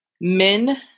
men